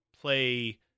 play